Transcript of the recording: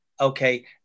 Okay